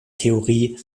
theorie